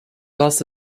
loss